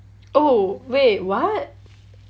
oh wait what